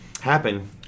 happen